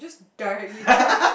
just directly trans~